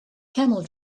camel